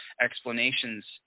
explanations